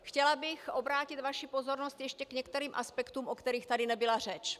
Chtěla bych obrátit vaši pozornost ještě k některým aspektům, o kterých tady nebyla řeč.